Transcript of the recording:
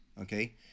okay